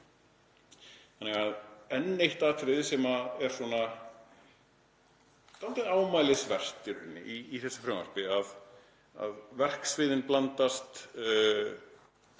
Enn eitt atriðið sem er svona dálítið ámælisvert í þessu frumvarpi, að verksviðin blandast,